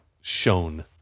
shown